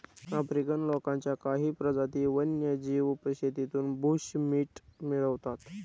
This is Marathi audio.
आफ्रिकन लोकांच्या काही प्रजाती वन्यजीव शेतीतून बुशमीट मिळवतात